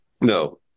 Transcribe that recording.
No